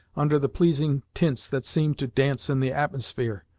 under the pleasing tints that seemed to dance in the atmosphere.